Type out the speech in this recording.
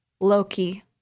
Loki